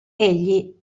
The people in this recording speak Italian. egli